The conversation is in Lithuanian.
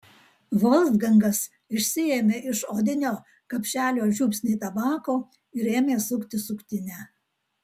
volfgangas išsiėmė iš odinio kapšelio žiupsnį tabako ir ėmė sukti suktinę